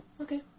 Okay